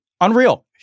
Unreal